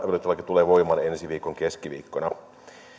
tulee voimaan ensi viikon keskiviikkona